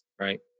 Right